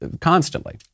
constantly